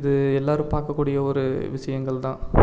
இது எல்லாேரும் பார்க்கக்கூடிய ஒரு விஷயங்கள் தான்